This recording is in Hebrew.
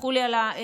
תסלחו לי על הביטוי,